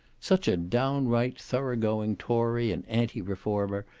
such a downright thorough-going tory and anti-reformer,